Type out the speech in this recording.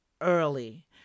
early